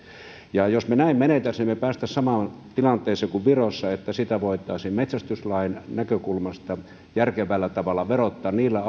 jos me näin menettelisimme me pääsisimme samaan tilanteeseen kuin virossa että sitä voitaisiin metsästyslain näkökulmasta järkevällä tavalla verottaa niillä